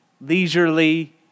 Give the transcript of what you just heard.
leisurely